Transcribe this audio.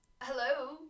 hello